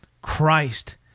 Christ